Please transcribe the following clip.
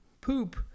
poop